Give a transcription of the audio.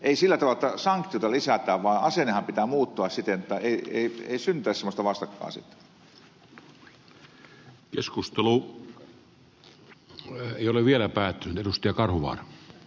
ei sillä tavalla jotta sanktioita lisätään vaan asenteenhan pitää muuttua siten jotta ei synnytetä semmoista vastakkainasettelua